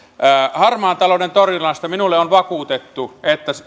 harmaan talouden torjunnasta minulle on vakuutettu